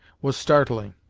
was startling,